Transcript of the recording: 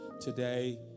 today